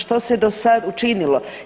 Što se do sad učinilo?